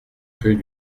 rue